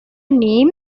name